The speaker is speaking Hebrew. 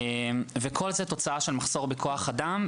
כל זה תוצאה של מחסור בכוח אדם,